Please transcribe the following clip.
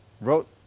Wrote